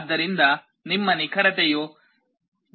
ಆದ್ದರಿಂದ ನಿಮ್ಮ ನಿಖರತೆಯು 0